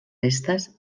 restes